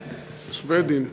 השבדים.